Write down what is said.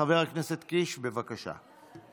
חבר הכנסת קיש, בבקשה.